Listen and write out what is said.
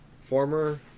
former